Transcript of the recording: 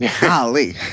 Golly